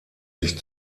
sich